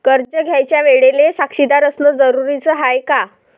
कर्ज घ्यायच्या वेळेले साक्षीदार असनं जरुरीच हाय का?